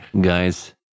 Guys